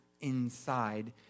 inside